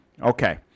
Okay